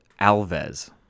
Alves